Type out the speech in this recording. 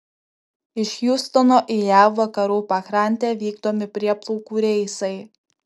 iš hjustono į jav vakarų pakrantę vykdomi prieplaukų reisai